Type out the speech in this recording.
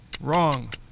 Wrong